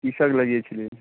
কি শাক লাগিয়েছিলি